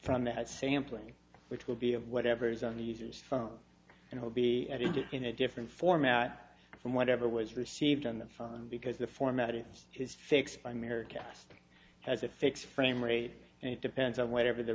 from the head sampling which will be of whatever's on the user's phone and will be edited in a different format from whatever was received on the phone because the formatting is fixed by america has a fixed frame rate and it depends on what ever the